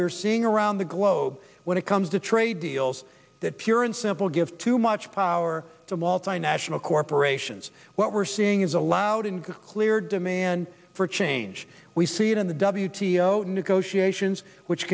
we're seeing around the globe when it comes to trade deals that pure and simple give too much power to multinational corporations what we're seeing is a loud and clear demand for change we see it in the w t negotiations which